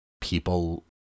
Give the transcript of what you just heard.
people